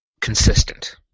consistent